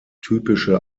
typische